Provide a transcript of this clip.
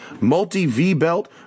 multi-V-belt